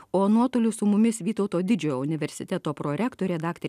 o nuotoliu su mumis vytauto didžiojo universiteto prorektorė daktarė